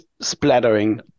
splattering